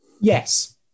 Yes